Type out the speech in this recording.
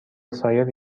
سایر